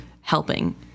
helping